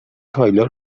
کایلا